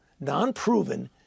non-proven